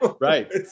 Right